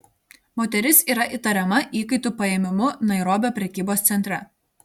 moteris yra įtariama įkaitų paėmimu nairobio prekybos centre